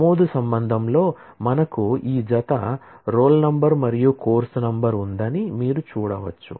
నమోదు రిలేషన్ లో మనకు ఈ జత రోల్ నంబర్ మరియు కోర్సు నంబర్ ఉందని మీరు చూడవచ్చు